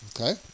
Okay